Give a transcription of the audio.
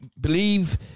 believe